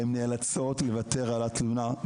והן נאלצות לוותר על התלונה.